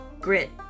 grit